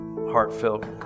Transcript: heartfelt